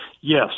Yes